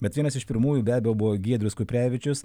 bet vienas iš pirmųjų be abejo buvo giedrius kuprevičius